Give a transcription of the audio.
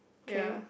K